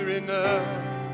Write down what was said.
enough